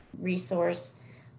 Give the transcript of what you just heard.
resource